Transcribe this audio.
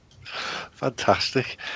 Fantastic